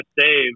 save